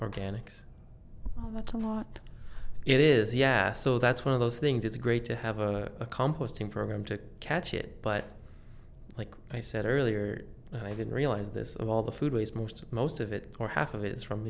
organic that's a lot it is yeah so that's one of those things it's great to have a composting program to catch it but like i said earlier i didn't realize this all the food waste most most of it or half of it is from